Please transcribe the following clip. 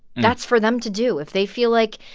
that's for them to do. if they feel like,